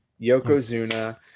Yokozuna